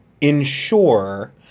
ensure